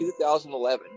2011